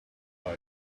like